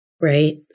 right